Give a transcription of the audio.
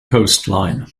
coastline